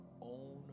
own